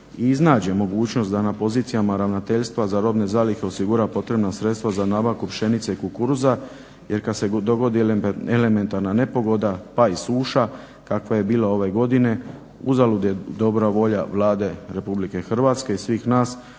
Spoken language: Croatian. iznađe mogućnost da na pozicijama ravnateljstva za robne zalihe osigura potrebna sredstva za nabavku pšenice i kukuruza jer kad se dogodi elementarna nepogoda, pa i suša kakva je bila ove godine uzalud je dobra volja Vlade Republike Hrvatske i svih nas